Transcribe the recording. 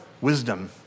wisdom